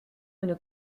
une